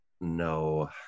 no